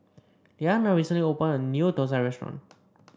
Leanna recently opened a new thosai restaurant